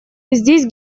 здесь